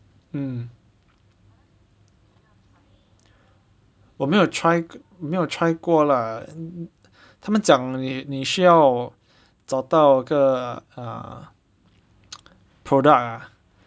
mm 我没有 try 没有 try 过 lah 他们讲你你需要找到一个 ah product ah